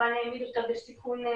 וכמובן העמיד אותה בסיכון.